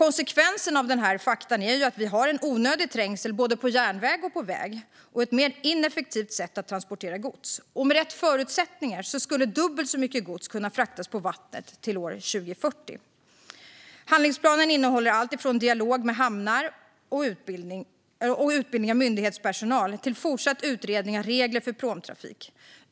Konsekvenserna av dessa fakta är att vi har en onödig trängsel på både järnväg och väg och ett mer ineffektivt sätt att transportera gods. Med rätt förutsättningar skulle dubbelt så mycket gods kunna fraktas på vatten 2040. Handlingsplanen innehåller allt från dialog med hamnar och utbildning av myndighetspersonal till fortsatt utredning av regler för pråmtrafik.